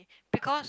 because